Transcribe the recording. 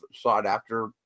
sought-after